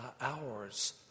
hours